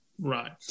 right